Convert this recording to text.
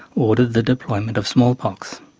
ordered the deployment of smallpox.